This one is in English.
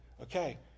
okay